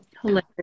Hilarious